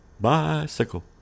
Bicycle